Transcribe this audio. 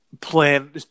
plan